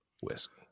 whiskey